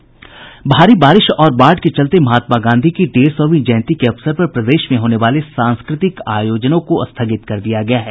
भारी बारिश और बाढ़ के चलते महात्मा गांधी की डेढ़ सौवीं जयंती के अवसर पर प्रदेश में होने वाले सांस्कृतिक आयोजनों को स्थगित कर दिया गया है